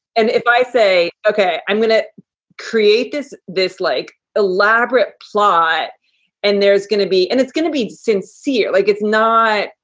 and if i say, ok, i'm going to create this this like elaborate plot and there's going to be and it's going to be sincere, like it's not,